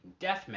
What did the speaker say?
Deathmatch